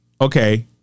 Okay